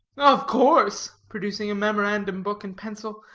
of course, producing a memorandum book and pencil.